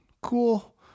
cool